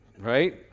Right